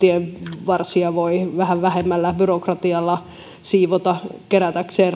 tienvarsia voi vähän vähemmällä byrokratialla siivota kerätäkseen